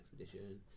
Expedition